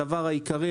הדבר העיקרי,